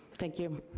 thank you.